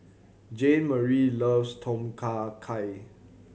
Jeanmarie loves Tom Kha Gai